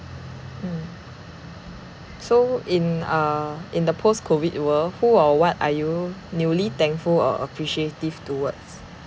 hmm so in uh in the post COVID world who or what are you newly thankful or appreciative towards